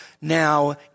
now